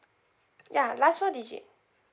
ya last four digit